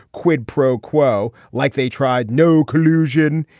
quid pro quo like they tried. no collusion.